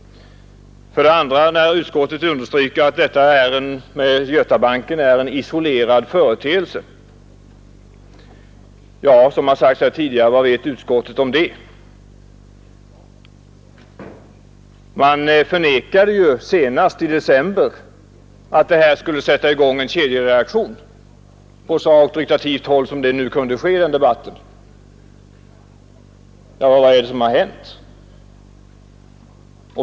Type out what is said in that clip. Utskottet understryker att tillkomsten av Götabanken är en isolerad företeelse. Jag upprepar vad som har uttalats här tidigare: Vad vet utskottet om det? Man ignorerade ju senast i december att den banksammanslagning som då hade gjorts skulle sätta i gång en kedjereaktion — och det från så auktoritativt håll som nu var möjligt i den debatten. Vad är det som har hänt?